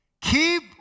Keep